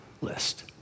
list